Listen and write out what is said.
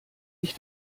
ich